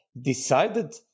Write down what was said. decided